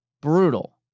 Brutal